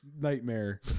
nightmare